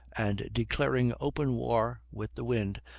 and, declaring open war with the wind,